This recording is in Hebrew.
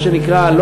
מה שנקרא,